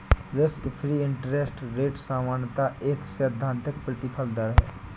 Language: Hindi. रिस्क फ्री इंटरेस्ट रेट सामान्यतः एक सैद्धांतिक प्रतिफल दर है